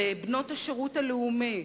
בבנות השירות הלאומי,